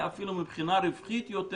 זאת